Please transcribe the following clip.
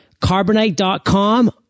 Carbonite.com